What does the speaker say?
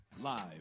Live